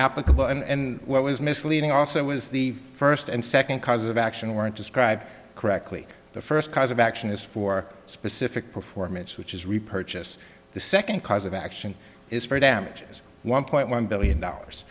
applicable and what was misleading also was the first and second causes of action weren't described correctly the first cause of action is for specific performance which is repurchase the second cause of action is for damages one point one billion dollars